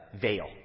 veil